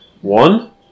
One